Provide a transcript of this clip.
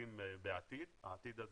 כרטיסים בעתיד, העתיד הזה